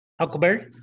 Huckleberry